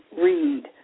Read